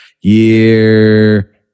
year